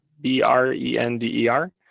B-R-E-N-D-E-R